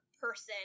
person